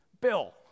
Bill